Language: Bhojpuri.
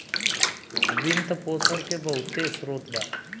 वित्त पोषण के बहुते स्रोत बा